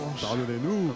Pardonnez-nous